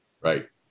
Right